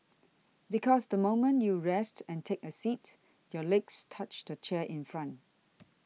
because the moment you rest and take a seat your legs touch the chair in front